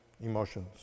emotions